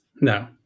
No